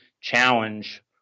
challenge